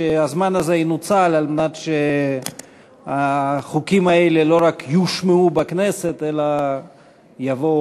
שהזמן הזה ינוצל על מנת שהחוקים האלה לא רק יושמעו בכנסת אלא יובאו